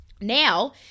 now